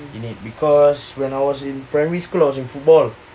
in it because when I was in primary school I was in football